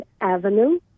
Avenue